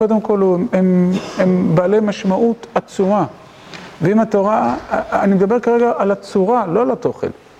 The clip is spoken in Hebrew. קודם כל, הם בעלי משמעות עצורה. ועם התורה, אני מדבר כרגע על עצורה, לא על התוכן.